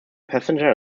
passenger